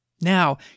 Now